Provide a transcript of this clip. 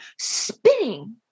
spinning